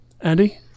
Andy